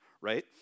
right